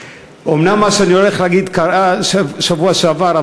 אומנם מה שאני הולך להגיד קרה בשבוע שעבר,